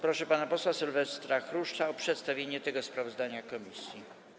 Proszę pana posła Sylwestra Chruszcza o przedstawienie tego sprawozdania komisji.